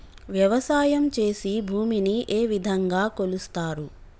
వ్యవసాయం చేసి భూమిని ఏ విధంగా కొలుస్తారు?